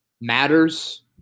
matters